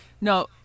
No